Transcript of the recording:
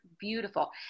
beautiful